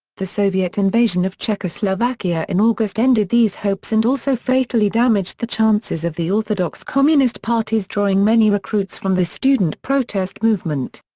the soviet invasion of czechoslovakia in august ended these hopes and also fatally damaged the chances of the orthodox communist parties drawing many recruits from the student protest movement.